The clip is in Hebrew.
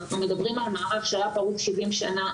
אנחנו מדברים על מארג שהיה פרוץ 70 שנה,